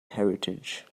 heritage